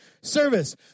service